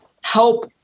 help